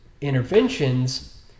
interventions